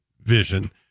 vision